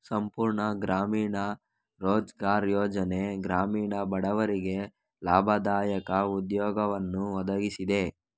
ಸಂಪೂರ್ಣ ಗ್ರಾಮೀಣ ರೋಜ್ಗಾರ್ ಯೋಜನೆ ಗ್ರಾಮೀಣ ಬಡವರಿಗೆ ಲಾಭದಾಯಕ ಉದ್ಯೋಗವನ್ನು ಒದಗಿಸಿದೆ